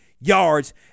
yards